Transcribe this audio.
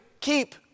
keep